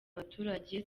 abaturage